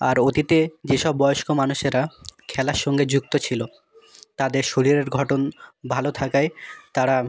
আর অতীতে যেসব বয়স্ক মানুষেরা খেলার সঙ্গে যুক্ত ছিলো তাদের শরীরের গঠন ভালো থাকায় তারা